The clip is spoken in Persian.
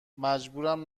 مجبورم